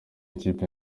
ikipe